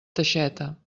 teixeta